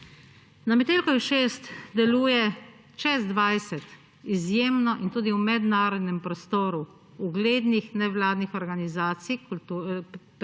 Na Metelkovi 6 deluje čez 20 izjemno in tudi v mednarodnem prostoru, uglednih nevladnih organizacij,